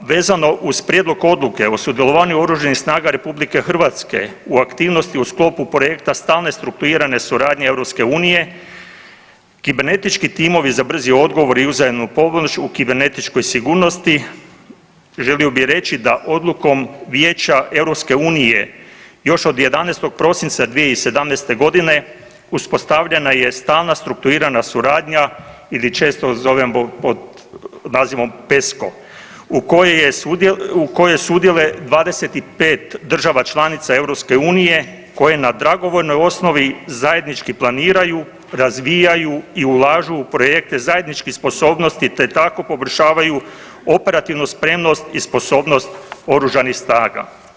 A vezano uz Prijedlog odluke o sudjelovanju Oružanih snaga Republike Hrvatske u aktivnosti u sklopu projekta stalne strukturirane suradnje EU kibernetički timovi za brzi odgovor i uzajamnu pomoć u kibernetičkoj sigurnosti želio bih reći da odlukom Vijeća EU još od 11. prosinca 2017. g. uspostavljena je Stalna strukturirana suradnja ili često zovemo pod nazivom PESCO u kojoj je .../nerazumljivo/... u kojoj sudjeluje 25 država članica EU koje na dragovoljnoj osnovi zajednički planiraju, razvijaju i ulažu u projekte zajedničke sposobnosti te tako poboljšavaju operativnu spremnost i sposobnost oružanih snaga.